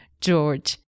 George